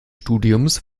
studiums